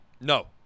No